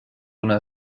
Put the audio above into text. una